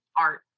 art